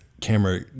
camera